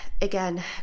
again